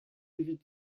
evit